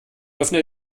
öffne